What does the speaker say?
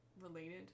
related